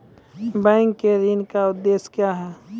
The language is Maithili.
बैंक के ऋण का उद्देश्य क्या हैं?